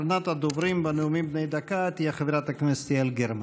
אחרונת הדוברים בנאומים בני דקה תהיה חברת הכנסת יעל גרמן.